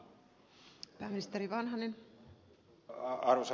arvoisa puhemies